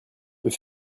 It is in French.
peux